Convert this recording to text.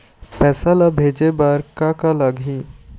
पैसा ला भेजे बार का का लगही?